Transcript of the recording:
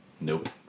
Nope